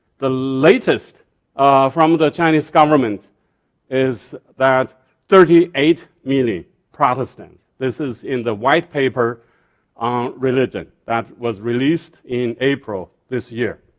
the latest from the chinese government is that thirty eight million protestant. this is in the white paper on religion that was released in april this year.